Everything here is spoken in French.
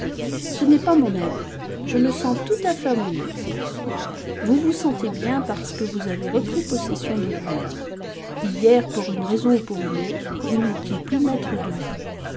ce n'est pas mon avis je me sens tout à fait à mon aise vous vous sentez bien parce que vous avez repris possession de vous-même hier pour une raison ou pour une autre vous n'étiez plus maître de vous